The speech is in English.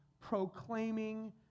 Proclaiming